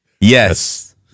Yes